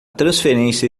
transferência